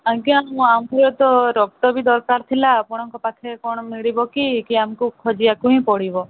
ଆଜ୍ଞା ମୁଁ ଆଉଥରେ ତ ରକ୍ତ ବି ଦରକାର ଥିଲା ଆପଣଙ୍କ ପାଖରେ କ'ଣ ମିଳିବ କି କି ଆମକୁ ଖୋଜିବାକୁ ହିଁ ପଡ଼ିବ